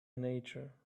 nature